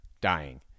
dying